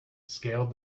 scaled